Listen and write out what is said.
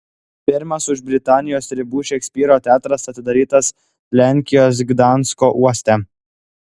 pirmas už britanijos ribų šekspyro teatras atidarytas lenkijos gdansko uoste